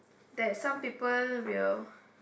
that some people will